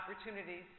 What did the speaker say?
opportunities